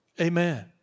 Amen